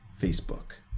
Facebook